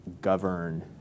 govern